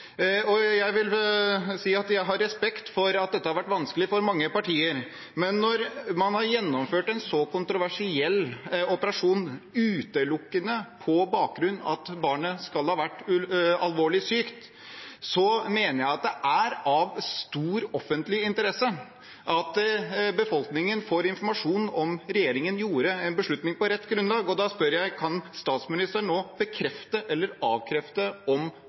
Jeg vil si at jeg har respekt for at dette har vært vanskelig for mange partier, men når man har gjennomført en så kontroversiell operasjon utelukkende på bakgrunn av at barnet skal ha vært alvorlig sykt, mener jeg at det er av stor offentlig interesse at befolkningen får informasjon om regjeringen gjorde en beslutning på rett grunnlag. Da spør jeg: Kan statsministeren nå bekrefte eller avkrefte om